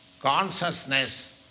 consciousness